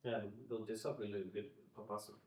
ne gal tiesiog gali taip papasakot